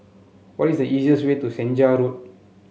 what is the easiest way to Senja Road